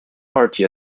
party